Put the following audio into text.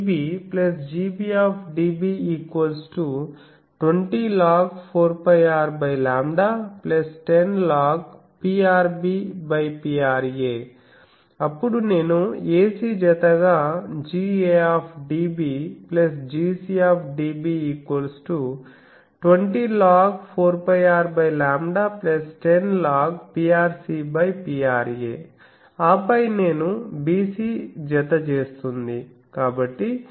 dB dB 20log10 4πRλ10log10 Prb Pra అప్పుడు నేను a c జతగా dB dB 20log10 4πRλ10log10 Prc Pra ఆపై నేను b c జత చేస్తుంది